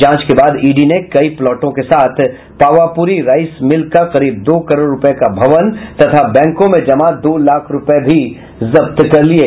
जांच के बाद ईडी ने कई प्लॉटों के साथ पावापुरी राईस मिल का करीब दो करोड़ रुपये का भवन तथा बैंकों में जमा दो लाख रुपये भी जब्त कर लिये